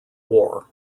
war